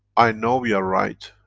i know we are right,